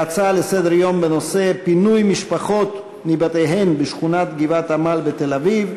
פינוי משפחות מבתיהן בשכונת גבעת-עמל בתל-אביב,